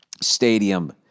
stadium